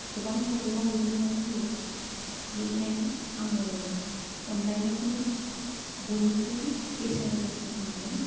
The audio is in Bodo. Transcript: गोबां प्रब्लेमाव गोग्लैनानै फैयो बेनिखायनो आङो अनलायनायखौनो बयनिख्रुयबो बेसेन गोसासिन होन्नानै